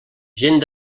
gent